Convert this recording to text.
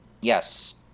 Yes